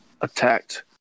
attacked